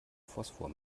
phosphor